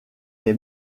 est